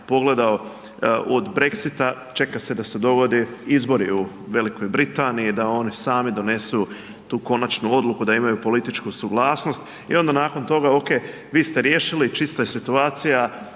pogledao. Od Brexita, čeka se da se dogode izbori u Velikoj Britaniji, da oni sami donesu tu konačnu odluku, da imaju političku suglasnost. I onda nakon toga, OK, vi ste riješili, čista je situacija,